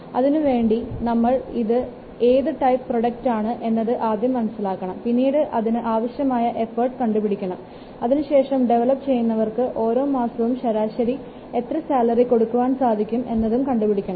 അതിനുവേണ്ടി നമ്മൾ ഇത് എന്ത് ടൈപ്പ് പ്രോഡക്റ്റ് ആണ് എന്നത് ആദ്യം മനസ്സിലാക്കണം പിന്നീട് അതിന് ആവശ്യമായ എഫർട്ട് കണ്ടുപിടിക്കണം അതിനുശേഷം ഡെവലപ്പ് ചെയ്യുന്നവർക്ക് ഓരോ മാസവും ശരാശരി എത്ര സാലറി കൊടുക്കുവാൻ സാധിക്കും എന്നതും കണ്ടുപിടിക്കുക